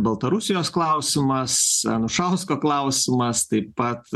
baltarusijos klausimas anušausko klausimas taip pat